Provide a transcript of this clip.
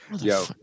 Yo